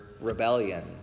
rebellion